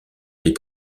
les